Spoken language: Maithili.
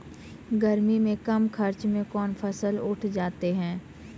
गर्मी मे कम खर्च मे कौन फसल उठ जाते हैं?